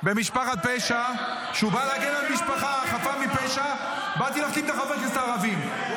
הממשלה שלך משתפת פעולה עם פושעים -- שב במקום.